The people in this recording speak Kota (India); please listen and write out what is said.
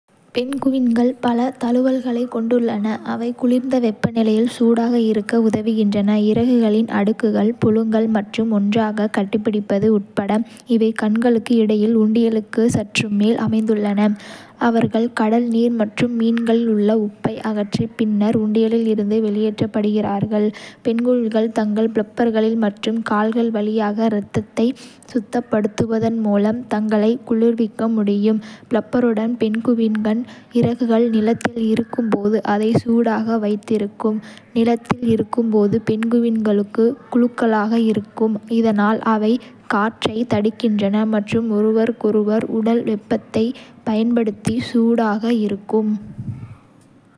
பெங்குவின்கள் பல தழுவல்களைக் கொண்டுள்ளன, அவை குளிர்ந்த வெப்பநிலையில் சூடாக இருக்க உதவுகின்றன, இறகுகளின் அடுக்குகள், புழுங்கல், மற்றும் ஒன்றாகக் கட்டிப்பிடிப்பது உட்பட. இவை கண்களுக்கு இடையில் உண்டியலுக்கு சற்று மேலே அமைந்துள்ளன. அவர்கள் கடல் நீர் மற்றும் மீன்களில் உள்ள உப்பை அகற்றி, பின்னர் உண்டியலில் இருந்து வெளியேற்றப்படுகிறார்கள். பெங்குவின்கள் தங்கள் ஃபிளிப்பர்கள் மற்றும் கால்கள் வழியாக இரத்தத்தை சுத்தப்படுத்துவதன் மூலம் தங்களை குளிர்விக்க முடியும்.ப்ளப்பருடன் பென்குயினின் இறகுகள் நிலத்தில் இருக்கும்போது அதை சூடாக வைத்திருக்கும். நிலத்தில் இருக்கும் போது பென்குயின்களும் குழுக்களாக இருக்கும், இதனால் அவை காற்றைத் தடுக்கின்றன மற்றும் ஒருவருக்கொருவர் உடல் வெப்பத்தைப் பயன்படுத்தி சூடாக இருக்கும்.